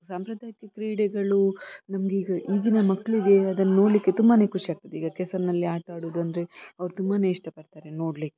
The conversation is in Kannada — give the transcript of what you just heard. ಸಾಂಪ್ರದಾಯಿಕ ಕ್ರೀಡೆಗಳು ನಮಗೀಗ ಈಗಿನ ಮಕ್ಕಳಿಗೆ ಅದನ್ನ ನೋಡಲಿಕ್ಕೆ ತುಂಬಾ ಖುಷಿಯಾಗ್ತದೆ ಈಗ ಕೆಸರಿನಲ್ಲಿ ಆಟ ಆಡೋದಂದ್ರೆ ಅವ್ರು ತುಂಬಾ ಇಷ್ಟ ಪಡ್ತಾರೆ ನೋಡಲಿಕ್ಕೆ